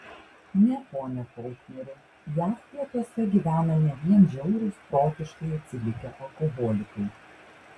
ne pone folkneri jav pietuose gyvena ne vien žiaurūs protiškai atsilikę alkoholikai